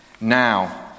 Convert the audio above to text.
Now